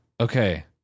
okay